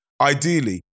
Ideally